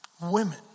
women